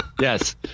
Yes